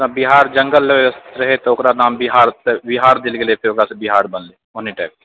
बिहार जङ्गल रहै तऽ ओकरा नाम बिहार विहार देल गेलै फेर ओकरासँ बिहार बनलै ओहने टाइपके